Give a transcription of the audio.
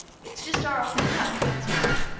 it's just our awful luck, that's what.